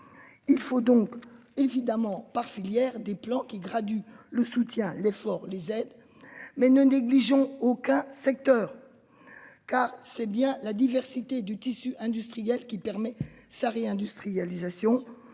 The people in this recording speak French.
Il faut donc évidemment par filière des plans qui gradue le soutient l'effort les aides. Mais ne négligeons aucun secteur. Car c'est bien la diversité du tissu industriel qui permet sa réindustrialisation,